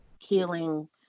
healing